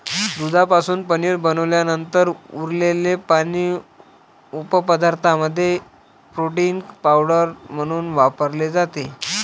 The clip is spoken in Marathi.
दुधापासून पनीर बनवल्यानंतर उरलेले पाणी उपपदार्थांमध्ये प्रोटीन पावडर म्हणून वापरले जाते